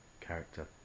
character